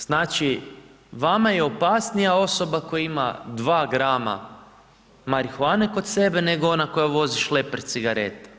Znači, vama je opasnija osoba koja ima 2 grama marihuane kod sebe nego ona koja vozi šleper cigareta.